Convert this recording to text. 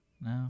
No